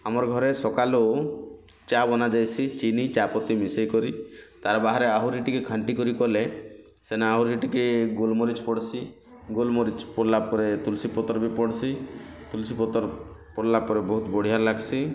ଆମର୍ ଘରେ ସକାଲୁ ଚା ବନା ଯାଇସି ଚିନି ଚା ପତି ମିଶେଇ କରି ତା ବାହାରେ ଆହୁରି ଟିକେ ଖାଣ୍ଟି କଲେ ସେନା ଆହୁରି ଟିକେ ଗୋଲମରିଚ ପଡ଼୍ସି ଗୋଲମରିଚ ପଡ଼ିଲା ପରେ ତୁଲସୀ ପତ୍ର ବି ପଡ଼୍ସି ତୁଳସୀ ପତ୍ର ପଡ଼ିଲା ପରେ ବହୁତ୍ ବଢ଼ିଆ ଲାଗ୍ସି